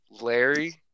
Larry